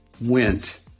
went